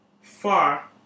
far